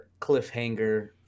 cliffhanger